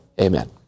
Amen